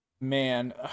man